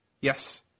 Yes